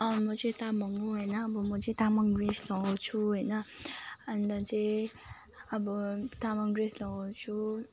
अँ म चाहिँ तामाङ हो होइन अब म चाहिँ तामाङ ड्रेस लगाउँछु होइन अन्त चाहिँ अब तामाङ ड्रेस लगाउँछु